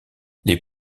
les